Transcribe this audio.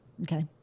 okay